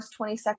22nd